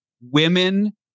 women